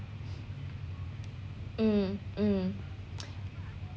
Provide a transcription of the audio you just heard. mm mm